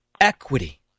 equity